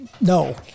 No